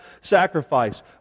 sacrifice